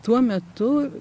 tuo metu